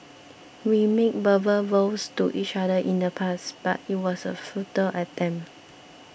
we made verbal vows to each other in the past but it was a futile attempt